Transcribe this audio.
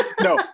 No